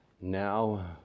Now